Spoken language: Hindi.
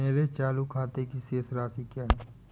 मेरे चालू खाते की शेष राशि क्या है?